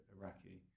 Iraqi